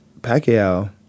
Pacquiao